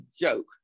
joke